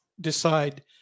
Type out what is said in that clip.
decide